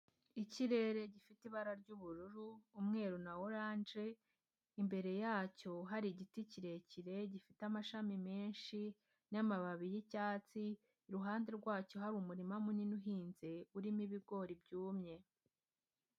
Ikirere gifite ibara ry'ubururu, umweru na oranje, imbere yacyo hari igiti kirekire gifite amashami menshi n'amababi y'icyatsi, iruhande rwacyo hari umurima munini uhinze urimo ibigori byumye.